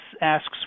asks